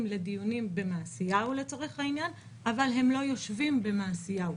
לדיונים במעשיהו לצורך העניין אבל הם לא יושבים במעשיהו.